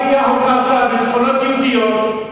בשכונות יהודיות,